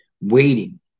waiting